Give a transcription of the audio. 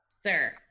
Sir